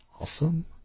awesome